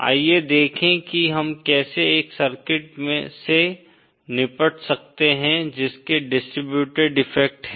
आइए देखें कि हम कैसे एक सर्किट से निपट सकते हैं जिसके डिस्ट्रिब्यूटेड इफ़ेक्ट हैं